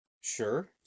Sure